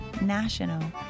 national